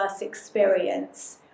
experience